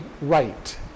right